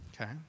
okay